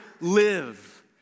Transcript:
live